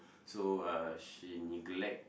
so uh she neglect